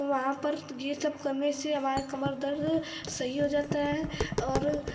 तो वहाँ पर यह सब करने से हमारा कमर दर्द सही हो जाता है और